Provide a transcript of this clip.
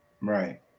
Right